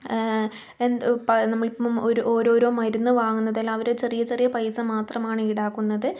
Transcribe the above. നമ്മളിപ്പം ഓരോരോ മരുന്ന് വാങ്ങുന്നതെല്ലാം അവര് ചെറിയ ചെറിയ പൈസ മാത്രമാണ് ഈടാക്കുന്നത്